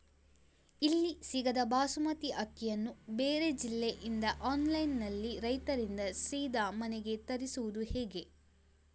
ಇಲ್ಲಿ ಸಿಗದ ಬಾಸುಮತಿ ಅಕ್ಕಿಯನ್ನು ಬೇರೆ ಜಿಲ್ಲೆ ಇಂದ ಆನ್ಲೈನ್ನಲ್ಲಿ ರೈತರಿಂದ ಸೀದಾ ಮನೆಗೆ ತರಿಸುವುದು ಹೇಗೆ?